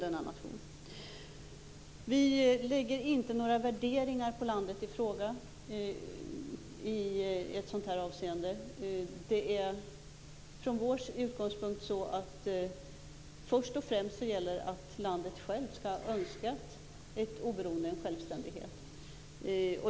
Vi lägger inte några värderingar på landet i fråga i det här avseendet. Vår utgångspunkt är först och främst att landet självt skall ha önskat ett oberoende, en självständighet.